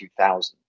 2000